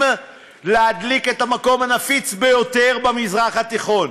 להדליק את המקום הנפיץ ביותר במזרח התיכון.